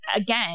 again